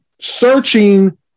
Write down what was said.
searching